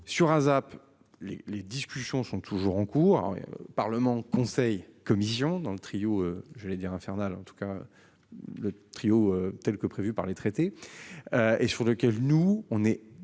sur ASAP les, les discussions sont toujours en cours au Parlement, Conseil Commission dans le trio, j'allais dire infernal. En tout cas. Le trio telle que prévue par les traités. Et ce pour lequel nous on est